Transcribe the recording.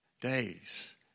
days